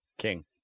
king